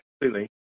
completely